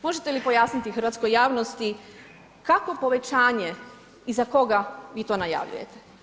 Možete li pojasniti hrvatskoj javnosti, kakvo povećanje i za koga vi to najavljujete.